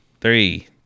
Three